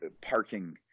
parking